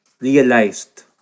Realized